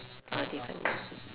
different